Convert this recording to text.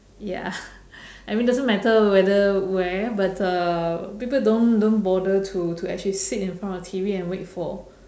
ya I mean doesn't matter whether where but uh people don't don't bother to to actually sit in front of T_V and wait for